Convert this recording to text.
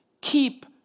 Keep